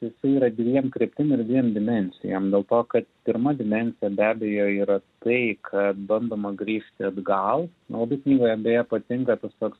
jisai yra dviem kryptim ir dviem dimensijom dėl to kad pirma dimensija be abejo yra tai kad bandoma grįžti atgal man labai knygoje beje patinka tas toks